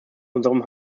unserem